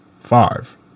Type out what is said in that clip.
Five